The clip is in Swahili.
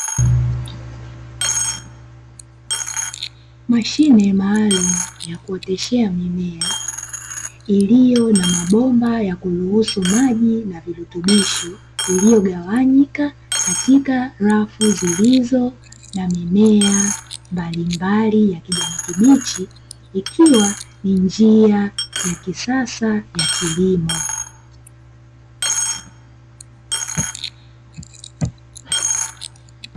Mashine maalumu ya kuoteshea mimea iliyo na mabomba ya kuruhusu maji na virutubishi, iliyogawanyika katika rafu zilizo na mimea mbalimbali ya kijani kibichi ikiwa ni njia ya kisasa ya kilimo.